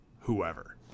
whoever